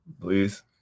please